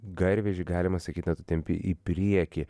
garvežį galima sakyt na tu tempi į priekį